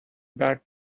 back